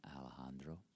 Alejandro